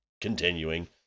continuing